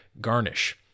garnish